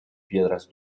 piedras